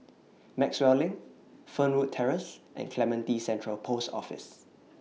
Maxwell LINK Fernwood Terrace and Clementi Central Post Office